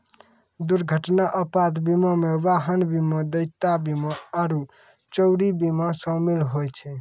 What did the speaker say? दुर्घटना आपात बीमा मे वाहन बीमा, देयता बीमा आरु चोरी बीमा शामिल होय छै